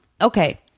Okay